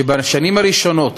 כי בשנים הראשונות